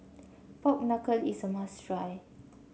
Pork Knuckle is a must try